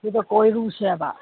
ꯑꯗꯨꯗ ꯀꯣꯏꯔꯨꯁꯦꯕ